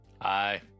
Hi